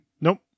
nope